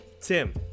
Tim